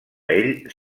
ell